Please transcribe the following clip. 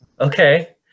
okay